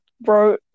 Bro